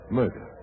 murder